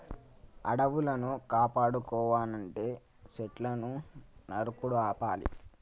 అడవులను కాపాడుకోవనంటే సెట్లును నరుకుడు ఆపాలి